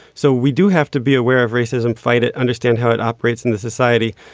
so we do have to be aware of racism fight it understand how it operates in the society.